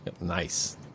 nice